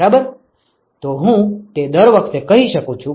બરાબર તો હું તે દર વખતે કરી શકું છું